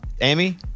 Amy